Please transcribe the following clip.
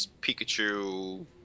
Pikachu